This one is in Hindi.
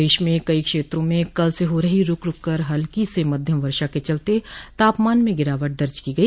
प्रदेश के कई क्षेत्रों में कल से हो रही रूक रूक कर हल्की से मध्यम वर्षा के चलते तापमान में गिरावट दर्ज की गई